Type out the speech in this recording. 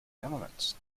elements